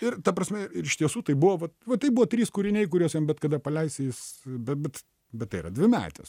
ir ta prasme ir iš tiesų tai buvo vat va tai buvo trys kūriniai kuriuos jam bet kada paleisi jis bet bet bet tai yra dvimetis